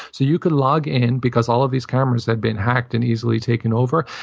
so you could log in, because all of these cameras had been hacked and easily taken over,